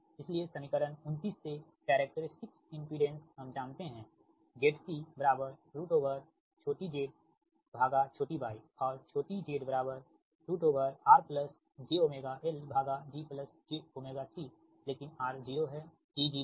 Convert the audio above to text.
इसलिए समीकरण 29 से कैरेक्टेरिस्टिक इमपिडेंस हम जानते है ZC small zsmall y और छोटी z rjωLgjωC लेकिन r 0 है g 0 है